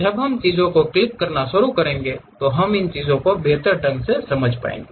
जब हम चीजों को क्लिक करना शुरू करेंगे तो हम इन चीजों को बेहतर ढंग से समझ पाएंगे